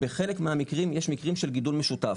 בחלק מהמקרים יש מקרים של גידול משותף,